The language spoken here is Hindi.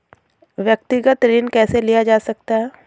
व्यक्तिगत ऋण कैसे लिया जा सकता है?